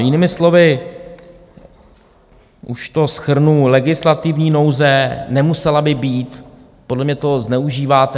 Jinými slovy, už to shrnu, legislativní nouze by nemusela být, podle mě to zneužíváte.